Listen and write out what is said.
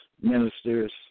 ministers